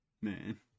Man